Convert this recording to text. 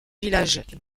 villages